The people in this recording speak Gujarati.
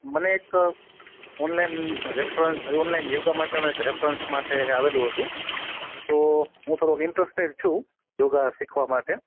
મને એક ઓનલાઈન રેફરન્સ ઓનલાઈન યોગા માટે અમે એક રેફરન્સ માટે આવેલું હતું તો હું થોડોક ઈન્ટરેસ્ટેડ છું યોગા શીખવા માટે